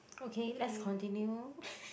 okay let's continue